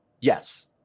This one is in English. Yes